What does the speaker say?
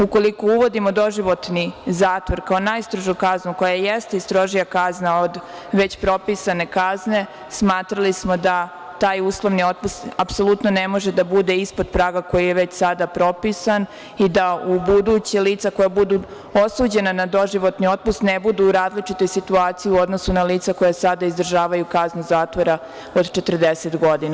Ukoliko uvodimo doživotni zatvor kao najstrožu kaznu, koja jeste i stroža kazna od već propisane kazne, smatrali smo da taj uslovni otpust apsolutno ne može da bude ispod praga koji je već sada propisan i da ubuduće lica koja budu osuđena na doživotni otpust ne budu u različitoj situaciji u odnosu na lica koja sada izdržavaju kaznu zatvora od 40 godina.